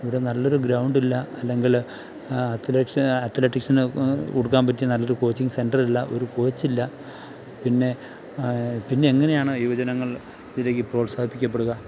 ഇവിടെ നല്ലൊരു ഗ്രൗണ്ട് ഇല്ല അല്ലെങ്കിൽ അത്ലെറ്റ്സ് അത്ലറ്റിക്സിന് കൊടുക്കാൻ പറ്റിയ നല്ലൊരു കോച്ചിങ്ങ് സെൻ്റർ ഇല്ല ഒരു കോച്ച് ഇല്ല പിന്നെ പിന്നെ എങ്ങനെയാണ് യുവജനങ്ങൾ ഇതിലേക്ക് പ്രോത്സാഹിപ്പിക്കപ്പെടുക